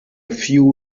few